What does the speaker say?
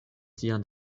sian